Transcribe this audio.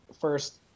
first